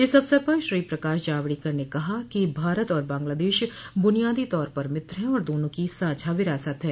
इस अवसर पर श्री प्रकाश जावडेकर ने कहा कि भारत और बंगलादेश ब्रनियादी तौर पर मित्र हैं और दोनों की साझा विरासत है